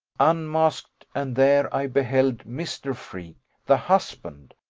unmasked, and there i beheld mr. freke, the husband.